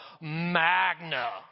magna